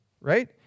right